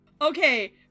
Okay